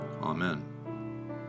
Amen